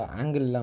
angle